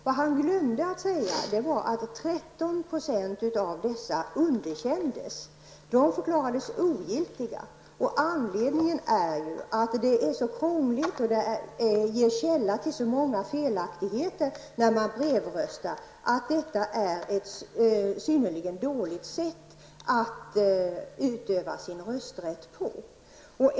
Vad han glömde att säga är att 13 % av dessa röster underkändes och förklarades ogiltiga. Anledningen är att brevröstningen är så krånglig och en källa till så många felaktigheter. Det är ett synnerligen dåligt sätt att utöva sin rösträtt på.